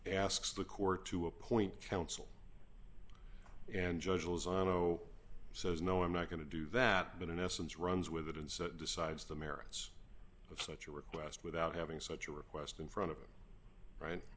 asks the court to appoint counsel and judge rules on no says no i'm not going to do that but in essence runs with it and so that decides the merits of such a request without having such a request in front of it right